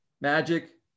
Magic